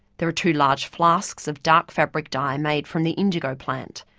there are two large flasks of dark fabric dye, made from the indigo plant.